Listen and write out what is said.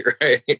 right